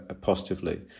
positively